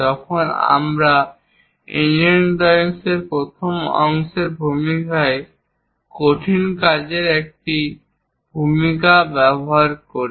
তখন আমরা engineering drawing এর প্রথম অংশের ভূমিকায় কঠিন কাজের একটি ভূমিকা ব্যবহার করি